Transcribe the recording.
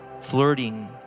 flirting